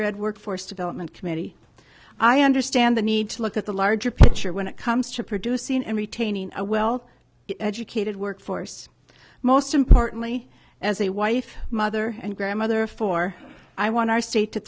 ed workforce development committee i understand the need to look at the larger picture when it comes to producing and retaining a well educated workforce most importantly as a wife mother and grandmother for i want our state to